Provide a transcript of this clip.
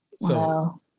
Wow